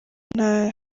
nta